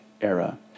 era